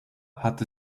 hat